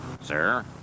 Sir